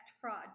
fraud